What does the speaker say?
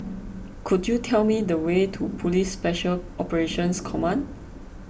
could you tell me the way to Police Special Operations Command